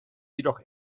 jedoch